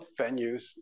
venues